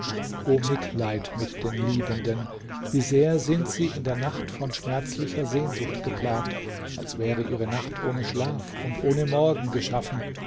o mitleid mit den liebenden wie sehr sind sie in der nacht von schmerzlicher sehnsucht geplagt als wäre ihre nacht ohne schlaf und ohne morgen geschaffen